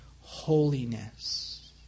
holiness